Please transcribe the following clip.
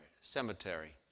cemetery